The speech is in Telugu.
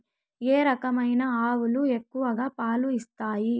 ఏ రకమైన ఆవులు ఎక్కువగా పాలు ఇస్తాయి?